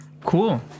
Cool